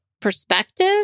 perspective